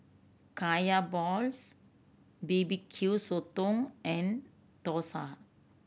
Kaya balls B B Q Sotong and dosa